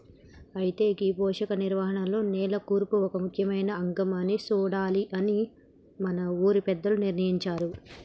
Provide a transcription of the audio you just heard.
అయితే గీ పోషక నిర్వహణలో నేల కూర్పు ఒక ముఖ్యమైన అంగం అని సూడాలి అని మన ఊరి పెద్దలు నిర్ణయించారు